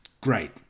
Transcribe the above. great